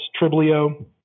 Triblio